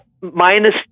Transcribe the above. minus